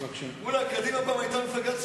מולה, קדימה היתה פעם מפלגה ציונית.